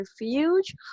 refuge